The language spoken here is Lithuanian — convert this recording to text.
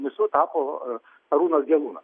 ministru tapo arūnas gelūnas